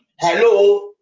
hello